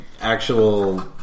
actual